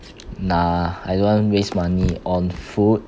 nah I don't want waste money on food